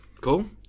Cool